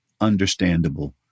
understandable